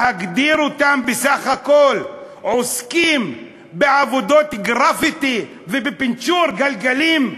להגדיר אותם שהם בסך הכול עוסקים בעבודות גרפיטי ובפנצ'ור גלגלים?